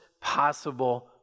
possible